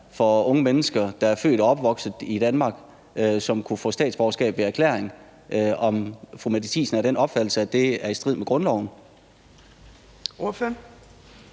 for unge mennesker, der er født og opvokset i Danmark, som kunne få statsborgerskab ved erklæring, om fru Mette Thiesen er af den opfattelse, at det er i strid med grundloven. Kl.